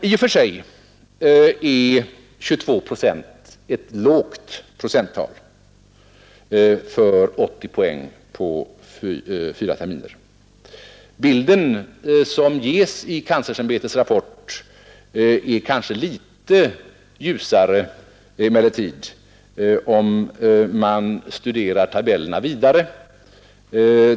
I och för sig är 22 procent ett lågt procenttal för 80 poäng på fyra terminer. Emellertid är bilden som ges i kanslersämbetets rapport något ljusare om man studerar tabellerna vidare.